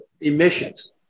emissions